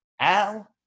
Al